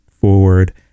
forward